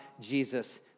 Jesus